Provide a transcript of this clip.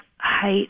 height